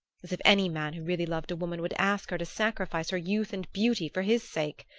as if any man who really loved a woman would ask her to sacrifice her youth and beauty for his sake!